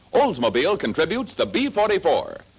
oldsmobile contribute the b forty four,